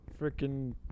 freaking